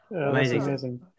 Amazing